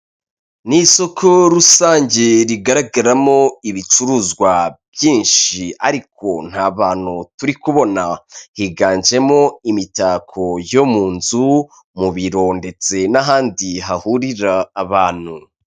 Ni isoko rusange rigaragaramo ibicuruzwa byinshi; ariko nta bantu turi kubona; higanjemo imitako yo mu nzu, mu biro ndetse n'ahandi hahurira abantu.